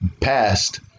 past